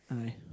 Aye